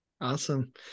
Awesome